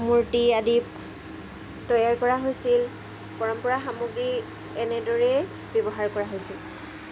মূৰ্তি আদি তৈয়াৰ কৰা হৈছিল পৰম্পৰা সামগ্ৰী এনেদৰেই ব্যৱহাৰ কৰা হৈছিল